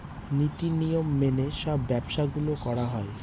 নীতি নিয়ম মেনে সব ব্যবসা গুলো করা হয়